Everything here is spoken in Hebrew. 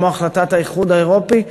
כמו החלטת האיחוד האירופי,